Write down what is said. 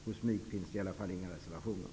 Hos mig finns i alla fall inga reservationer.